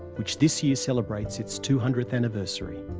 which this year celebrates its two hundredth anniversary.